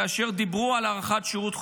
כאשר דיברו על הארכת שירות החובה,